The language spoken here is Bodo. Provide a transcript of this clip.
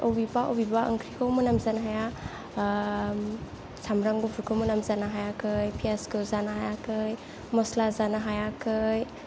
बबेबा बबेबा ओंख्रिखौ मोनामजानो हाया सामब्राम गुफुरखौ मोनामजानो हायाखै पियाजखौ जानो हायाखै मसला जानो हायाखै